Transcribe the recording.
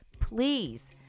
please